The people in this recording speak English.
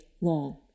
long